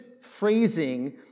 phrasing